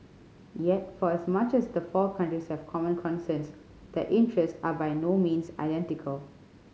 yet for as much as the four countries have common concerns their interests are by no means identical